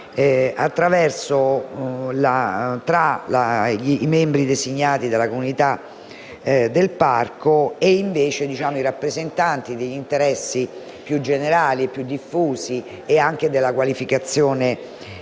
tra i membri designati dalla comunità del parco e i rappresentanti di interessi più generali e più diffusi, nonché la qualificazione